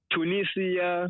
Tunisia